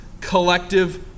collective